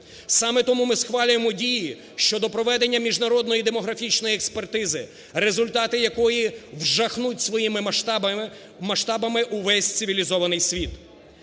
Саме тому ми схвалюємо дії щодо проведення міжнародної демографічної експертизи, результати якої вжахнуть своїми масштабами увесь цивілізований світ.